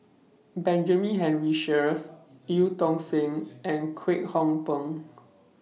Benjamin Henry Sheares EU Tong Sen and Kwek Hong Png